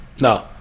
no